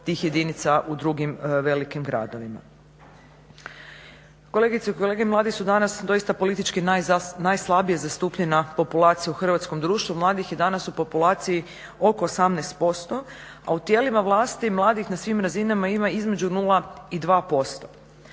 tih jedinca i drugim velikim gradovima. Kolegice i kolege, mladi su danas doista politički najslabije zastupljena populacija u hrvatskom društvu. Mladih je danas u populaciji oko 18%, a u tijelima vlasti mladih na svim razinama ima između 0 i 2%.